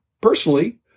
personally